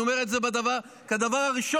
אני אומר את זה כדבר הראשון,